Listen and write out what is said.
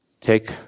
take